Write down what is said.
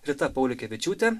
rita pauliukevičiūtė